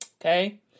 Okay